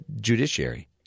judiciary